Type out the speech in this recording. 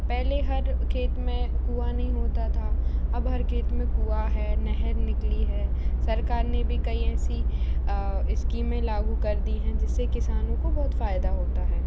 पहले हर खेत में कुआं नहीं होता था अब हर खेत में कुआ है नहर निकली है सरकार ने भी कई ऐसी इस्कीमें लागू कर दी हैं जिससे किसानों को बहुत फायदा होता है